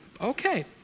okay